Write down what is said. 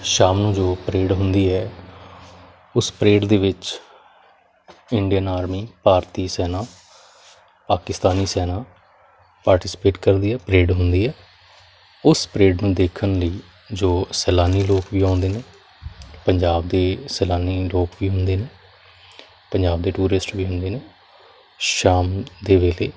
ਸ਼ਾਮ ਨੂੰ ਜੋ ਪਰੇਡ ਹੁੰਦੀ ਹੈ ਉਸ ਪਰੇਡ ਦੇ ਵਿੱਚ ਇੰਡੀਅਨ ਆਰਮੀ ਭਾਰਤੀ ਸੈਨਾ ਪਾਕਿਸਤਾਨੀ ਸੈਨਾ ਪਾਰਟੀਸਪੇਟ ਕਰਦੀ ਹੈ ਪਰੇਡ ਹੁੰਦੀ ਆ ਉਸ ਪਰੇਡ ਨੂੰ ਦੇਖਣ ਲਈ ਜੋ ਸੈਲਾਨੀ ਲੋਕ ਵੀ ਆਉਂਦੇ ਨੇ ਪੰਜਾਬ ਦੇ ਸੈਲਾਨੀ ਲੋਕ ਵੀ ਹੁੰਦੇ ਨੇ ਪੰਜਾਬ ਦੇ ਟੂਰਿਸਟ ਵੀ ਹੁੰਦੇ ਨੇ ਸ਼ਾਮ ਦੇ ਵੇਲੇ